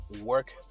work